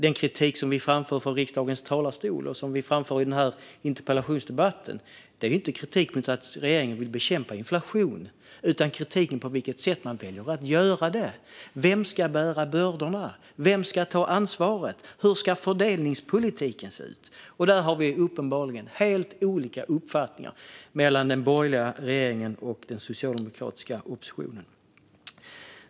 Den kritik som vi framför från riksdagens talarstol och som vi framför i den här interpellationsdebatten är inte kritik mot att regeringen vill bekämpa inflation utan kritik mot på vilket sätt man väljer att göra det. Vem ska bära bördorna? Vem ska ta ansvaret? Hur ska fördelningspolitiken se ut? Där har vi uppenbarligen helt olika uppfattningar mellan den borgerliga regeringen och den socialdemokratiska oppositionen.